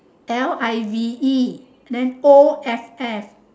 L I V E then O F F